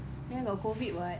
ya got COVID [what]